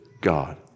God